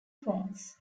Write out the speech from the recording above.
forms